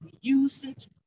usage